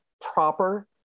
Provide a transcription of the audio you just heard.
proper